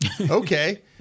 Okay